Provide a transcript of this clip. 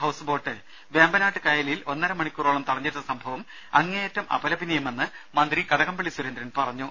house boat Vembanad കായലിൽ ഒന്നര മണിക്കൂറോളം തടഞ്ഞിട്ട സംഭവം അങ്ങേയറ്റും അപല പനീയമെന്ന് മന്ത്രി കടകംപള്ളി സുരേന്ദ്രൻ പറഞ്ഞു